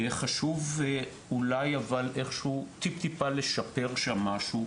אבל חשוב לשפר שם משהו.